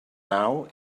now